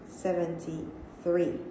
seventy-three